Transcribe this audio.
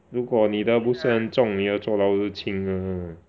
如果你的不是很重你的坐牢是轻的